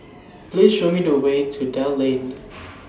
Please Show Me The Way to Dell Lane